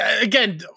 Again